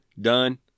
done